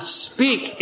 speak